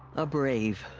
a brave.